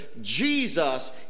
Jesus